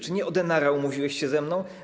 Czy nie o denara umówiłeś się ze mną?